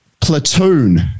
Platoon